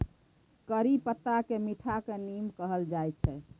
करी पत्ताकेँ मीठका नीम कहल जाइत छै